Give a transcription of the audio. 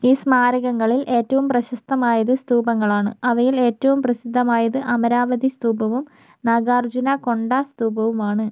ഈ സ്മാരകങ്ങളിൽ ഏറ്റവും പ്രശസ്തമായത് സ്തൂപങ്ങളാണ് അവയിൽ ഏറ്റവും പ്രസിദ്ധമായത് അമരാവതി സ്തൂപവും നാഗാർജുന കൊണ്ട സ്തൂപവുമാണ്